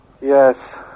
Yes